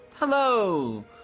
hello